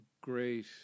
great